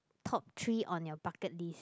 top three on your bucket list